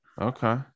Okay